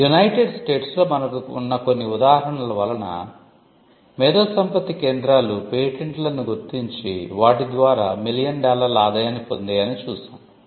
United స్టేట్స్లో మనకు ఉన్న కొన్ని ఉదాహరణలు వలన మేధోసంపత్తి కేంద్రాలు పేటెంట్లను గుర్తించి వాటి ద్వారా మిలియన్ డాలర్ల ఆదాయాన్ని పొందాయని చూశాం